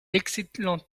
excellent